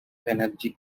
energy